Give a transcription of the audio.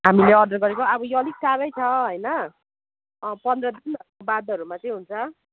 हामीले अर्डर गरेको अब यो अलिक टाढै छ होइन पन्ध्र दिन बादहरूमा चाहिँ हुन्छ